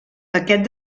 aquest